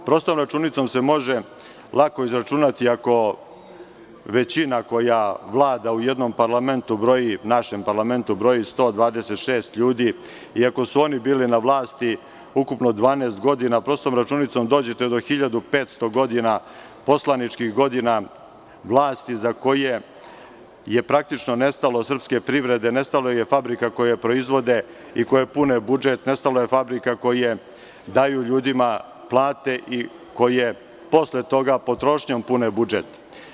Prostom računicom se može lako izračunati, ako većina koja vlada u jednom parlamentu broji 126 ljudi i ako su oni bili na vlasti ukupno 12 godina, prostom računicom dođete do 1.500 poslaničkih godina vlasti za koje je praktično nestalo srpske privrede, nestale su fabrike koje proizvode i koje pune budžet, nestale su fabrike koje daju ljudima plate i koje posle toga potrošnjom pune budžet.